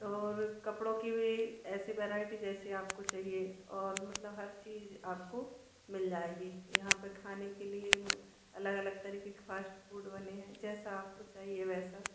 और कपड़ों की भी ऐसी वेराइटी जैसी आपको चाहिए और मतलब हर चीज़ आपको मिल जाएगी यहाँ पर खाने के लिए अलग अलग तरिक़े के फ़ास्ट फ़ूड बने है जैसा आपको चाहिए वैसा